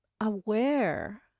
aware